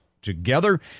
together